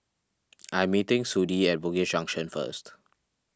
I am meeting Sudie at Bugis Junction first